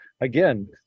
again